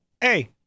Hey